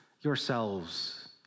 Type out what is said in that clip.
yourselves